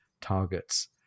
targets